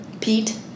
Pete